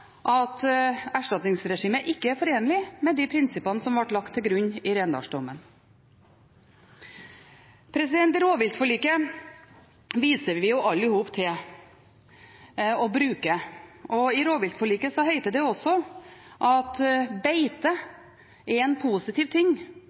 at erstatningsregimet ikke er forenlig med de prinsippene som ble lagt til grunn i Rendals-dommen. Rovviltforliket viser vi jo alle sammen til og bruker. I rovviltforliket heter det også at beite er en positiv ting: